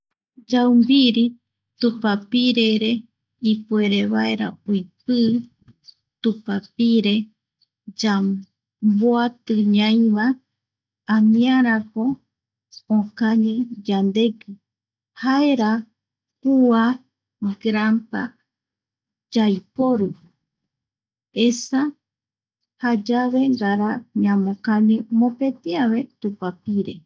Yaumbiri tupapire re ipuere vaera oipi tupapire yaimboati ñai va aniarako okañi yandegui jaera kua grampa yaiporu, esa jayave ngara ñamokañi mopetiave tupapire.